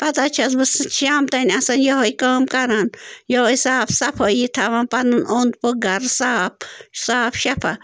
پتہٕ حظ چھَس بہٕ شام تام آسان یِہوٚے کٲم کَران یِہوٚے صاف صفٲیی تھاوان پَنُن اوٚند پوٚکھ گَرٕ صاف صاف شَفا